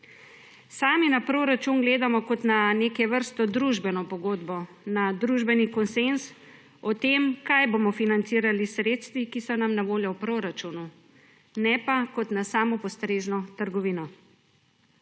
Sami na proračun gledamo kot na neke vrste družbeno pogodbo, na družbeni konsenz o tem, kaj bomo financirali s sredstvi, ki so nam na voljo v proračunu, ne pa kot na samopostrežno trgovino.